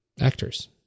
Actors